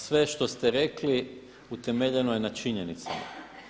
Sve što ste rekli utemeljeno je na činjenicama.